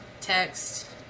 text